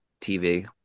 TV